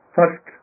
First